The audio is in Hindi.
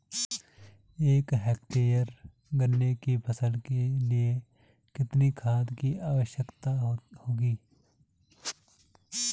एक हेक्टेयर गन्ने की फसल के लिए कितनी खाद की आवश्यकता होगी?